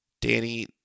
Danny